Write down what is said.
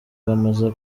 bamaze